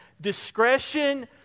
Discretion